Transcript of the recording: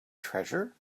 treasure